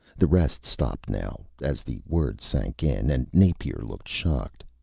the rest stopped now, as the words sank in, and napier looked shocked.